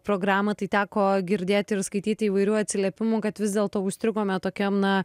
programą tai teko girdėti ir skaityti įvairių atsiliepimų kad vis dėlto užstrigome tokiam na